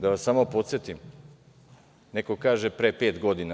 Da vas samo podsetim, neko kaže – pre pet godina.